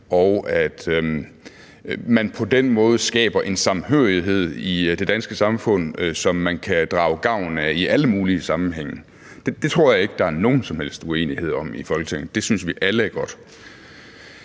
og at man på den måde skaber en samhørighed i det danske samfund, som man kan drage gavn af i alle mulige sammenhænge. Det tror jeg ikke der er nogen som helst uenighed om i Folketinget; det synes vi alle er godt.